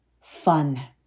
fun